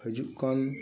ᱦᱤᱡᱩᱜ ᱠᱟᱱ